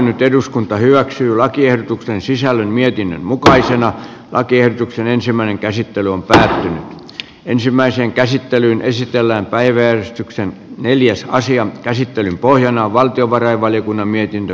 nyt eduskunta hyväksyy lakiehdotuksen sisällön mietinnön mukaisena lakiehdotuksen ensimmäinen käsittely on pysähtynyt ensimmäiseen käsittelyyn esitellään päivystyksen neljässä asian käsittelyn pohjana on valtiovarainvaliokunnan mietintö